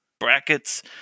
Brackets